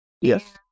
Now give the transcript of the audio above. Yes